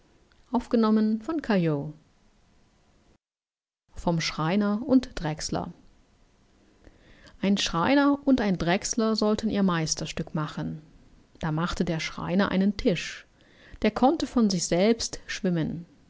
vom schreiner und drechsler ein schreiner und ein drechsler sollten ihr meisterstück machen da machte der schreiner einen tisch der konnte von sich selbst schwimmen